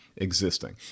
Existing